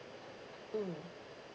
mm